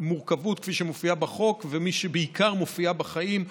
המורכבות כפי שהיא מופיעה בחוק ובעיקר כפי שהיא מופיעה בחיים,